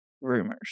rumors